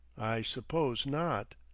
i. suppose not.